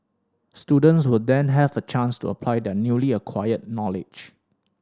students will then have a chance to apply their newly acquired knowledge